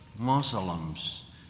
Muslims